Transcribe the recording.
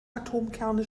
atomkerne